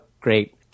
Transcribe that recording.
Great